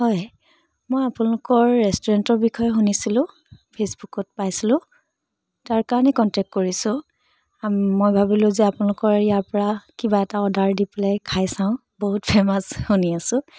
হয় মই আপোনালোকৰ ৰেষ্টুৰেষ্টৰ বিষয়ে শুনিছিলোঁ ফেচবুকত পাইছিলোঁ তাৰ কাৰণে কণ্টেক্ট কৰিছোঁ মই ভাবিলোঁ যে আপোনালোকৰ ইয়াৰ পৰা কিবা এটা অৰ্ডাৰ দি পেলাই খাই চাওঁ বহুত ফেমাছ শুনি আছোঁ